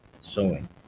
sewing